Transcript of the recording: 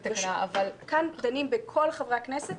כאן דנים בכל חברי הכנסת,